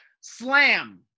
Slam